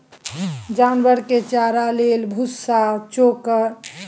जानवर के चारा लेल भुस्सा, चोकर, खल्ली, बेसन ई सब केर उपयोग कएल जाइ छै